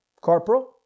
Corporal